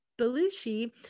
Belushi